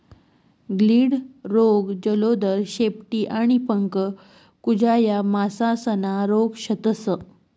गिल्ड रोग, जलोदर, शेपटी आणि पंख कुजा या मासासना रोग शेतस